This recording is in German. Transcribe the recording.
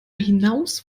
hinaus